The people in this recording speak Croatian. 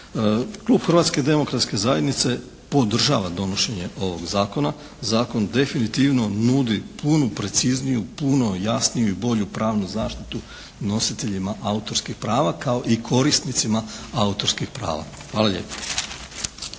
Klub Hrvatske demokratske zajednice podržava donošenje ovog zakona. Zakon definitivno nudi puno precizniju, puno jasniju i bolju pravnu zaštitu nositeljima autorskih prava kao i korisnicima autorskih prava. Hvala lijepo.